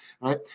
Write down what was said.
right